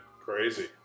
crazy